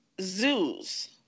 zoos